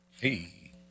Hey